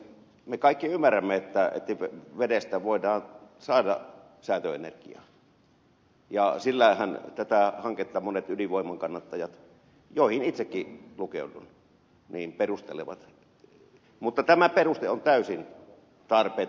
me kaikki ymmärrämme että vedestä voidaan saada säätöenergiaa ja sillähän tätä hanketta monet ydinvoiman kannattajat joihin itsekin lukeudun perustelevat mutta tämä peruste on täysin tarpeeton